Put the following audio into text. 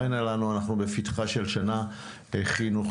אנחנו בפתחה של שנה חינוכית,